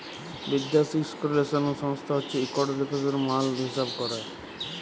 বিদ্যাসি ইস্ট্যাল্ডার্ডাইজেশল সংস্থা হছে ইকট লিয়লত্রলকারি মাল হিঁসাব ক্যরে